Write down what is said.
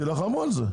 תילחמו על זה.